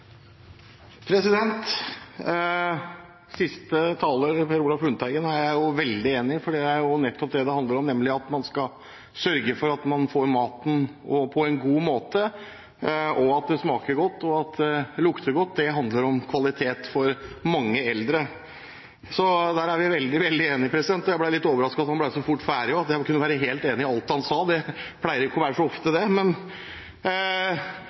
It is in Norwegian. folk. Siste taler, representanten Per Olaf Lundteigen, er jeg veldig enig med, fordi det handler nettopp om at man skal sørge for at man får i seg maten på en god måte, at det smaker godt og at det lukter godt – det er det som er kvalitet for mange eldre. Så der er vi veldig enige. Jeg ble litt overrasket over at han ble så fort ferdig, og at jeg kunne være helt enig i alt han sa. Det pleier ikke å være så ofte.